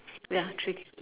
ya three